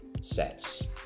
sets